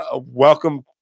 Welcome